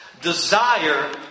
desire